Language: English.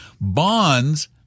bonds